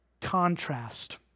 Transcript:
contrast